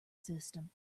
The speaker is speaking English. system